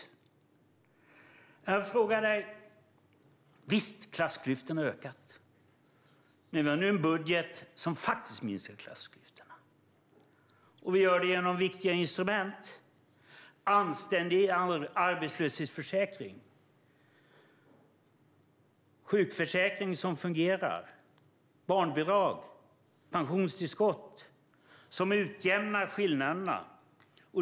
Jag vill fråga dig en sak. Visst, klassklyftorna har ökat. Men vi har nu en budget som faktiskt minskar klassklyftorna, och det görs genom viktiga instrument: anständig arbetslöshetsförsäkring, sjukförsäkring som fungerar, barnbidrag och pensionstillskott, som utjämnar skillnaderna.